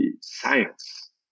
science